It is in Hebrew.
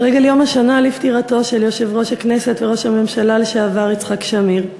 לרגל יום השנה לפטירתו של יושב-ראש הכנסת וראש הממשלה לשעבר יצחק שמיר,